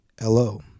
Hello